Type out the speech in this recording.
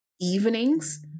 evenings